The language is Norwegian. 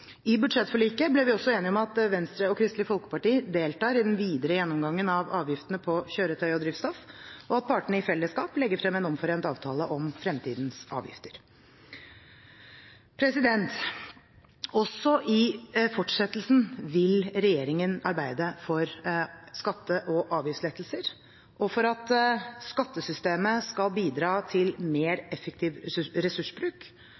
I budsjettforliket ble vi også enige om at Venstre og Kristelig Folkeparti deltar i den videre gjennomgangen av avgiftene på kjøretøy og drivstoff, og at partene i fellesskap legger frem en omforent avtale om fremtidens avgifter. Også i fortsettelsen vil regjeringen arbeide for skatte- og avgiftslettelser og for at skattesystemet skal bidra til mer effektiv ressursbruk,